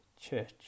church